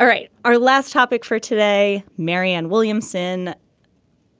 all right our last topic for today. marianne williamson